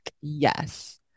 yes